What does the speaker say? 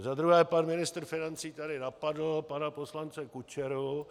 Za druhé, pan ministr financí tady napadl pana poslance Kučeru.